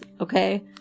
Okay